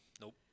Nope